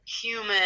human